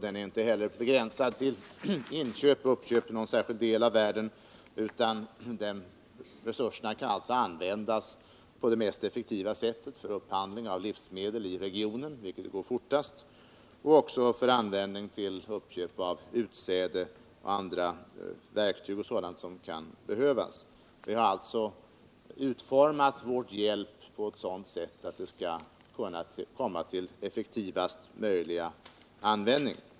Den är inte heller begränsad till uppköp i Sverige, utan resurserna kan användas på det mest effektiva sättet för upphandling av livsmedel i regionen, vilket går fortast, och för användning till uppköp av utsäde, verktyg och annat som kan behövas. Vi har alltså utformat vår hjälp på ett sådant sätt att den skall kunna komma till effektivast möjliga användning.